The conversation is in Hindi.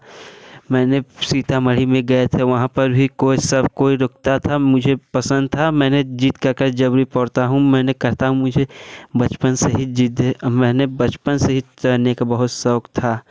मैंने सीतामढ़ी में गए थे वहाँ पर भी कोई सब कोई रुकता था मुझे पसंद था मैंने जीत का काय जब भी दौड़ता हूँ मैंने करता हूँ मुझे बचपन से ही जीदे मैंने बचपन से ही चलने का बहुत शौक था